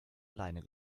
alleine